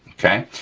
okay?